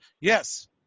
Yes